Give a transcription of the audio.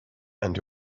and